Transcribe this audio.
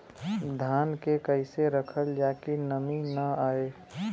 धान के कइसे रखल जाकि नमी न आए?